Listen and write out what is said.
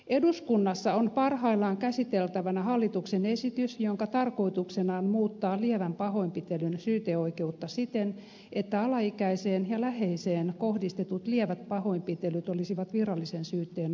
eduskunnassa on parhaillaan käsiteltävänä hallituksen esitys jonka tarkoituksena on muuttaa lievän pahoinpitelyn syyteoikeutta siten että alaikäiseen ja läheiseen kohdistetut lievät pahoinpitelyt olisivat virallisen syytteen alaisia